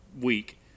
week